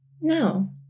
No